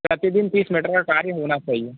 प्रतिदिन तीस मीटर का कार्य होना चाहिए